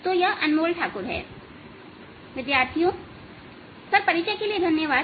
तो यह अनमोल ठाकुर हैं विद्यार्थियों सर परिचय के लिए धन्यवाद